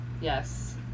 Yes